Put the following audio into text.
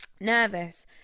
nervous